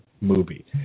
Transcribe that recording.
movie